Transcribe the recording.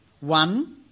One